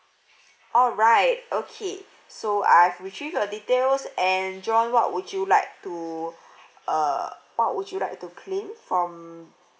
alright okay so I've retrieved your details and john what would you like to err what would you like to claim from